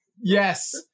Yes